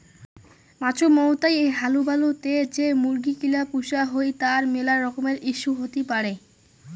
মাছুমৌতাই হালুবালু তে যে মুরগি গিলা পুষা হই তার মেলা রকমের ইস্যু হতি পারে